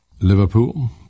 Liverpool